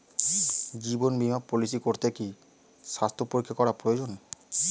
জীবন বীমা পলিসি করতে কি স্বাস্থ্য পরীক্ষা করা প্রয়োজন?